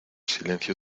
silencio